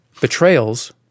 betrayals